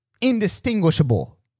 indistinguishable